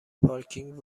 پارکینگ